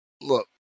Look